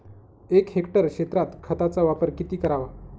एक हेक्टर क्षेत्रात खताचा वापर किती करावा?